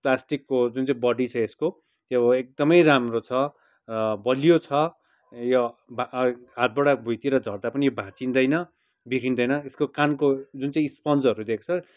plastic को जुन चाहिँ बडी छ यसको त्यो एकदमै राम्रो छ बलियो छ यो हातबाट भुइँतिर झर्दा पनि यो भाच्चिँदैन बिग्रिँदैन यसको कानको जुन चाहिँ स्पोन्ज हरू दिएको छ